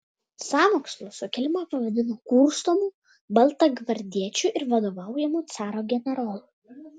sąmokslu sukilimą pavadino kurstomu baltagvardiečių ir vadovaujamu caro generolų